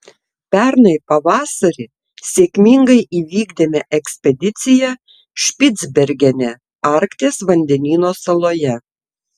pernai pavasarį sėkmingai įvykdėme ekspediciją špicbergene arkties vandenyno saloje